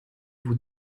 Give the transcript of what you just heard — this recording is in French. vous